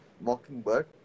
Mockingbird